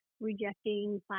rejecting